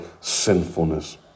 sinfulness